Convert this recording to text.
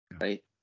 right